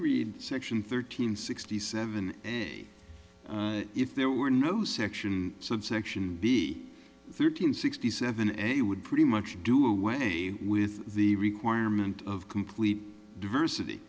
read section thirteen sixty seven a if there were no section subsection b thirteen sixty seven a would pretty much do away with the requirement of complete diversity